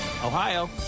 Ohio